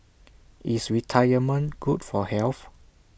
is retirement good for health